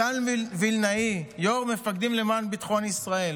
מתן וילנאי, יו"ר "מפקדים למען ביטחון ישראל".